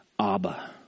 Abba